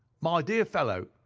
my dear fellow,